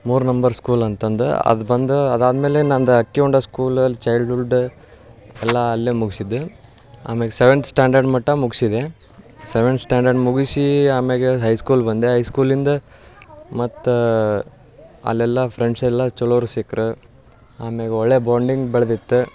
ಮೂರು number school ಅಂತಂದು ಅದು ಬಂದು ಅದಾದ ಮೇಲೆ ನಂದು ಅಕ್ಕಿ ಹೊಂಡ ಸ್ಕೂಲಲ್ಲಿ ಚೈಲ್ಡ್ಹುಲ್ಡ ಎಲ್ಲ ಅಲ್ಲೇ ಮುಗ್ಸಿದ್ದು ಆಮ್ಯಾಲ್ ಸೆವೆಂತ್ ಸ್ಟ್ಯಾಂಡರ್ಡ್ ಮಟ್ಟ ಮುಗಿಸಿದೆ ಸೆವೆಂತ್ ಸ್ಟ್ಯಾಂಡರ್ಡ್ ಮುಗಿಸಿ ಆಮ್ಯಾಲೆ ಹೈ ಸ್ಕೂಲ್ ಬಂದೆ ಹೈಸ್ಕೂಲಿಂದ ಮತ್ತೆ ಅಲ್ಲೆಲ್ಲ ಫ್ರೆಂಡ್ಸೆಲ್ಲ ಚೊಲೋರು ಸಿಕ್ರು ಆಮ್ಯಾಲ್ ಒಳ್ಳೆಯ ಬಾಂಡಿಂಗ್ ಬೆಳ್ದಿತ್ತು